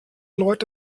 leute